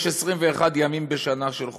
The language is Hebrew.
יש 21 ימים בשנה של חופשה,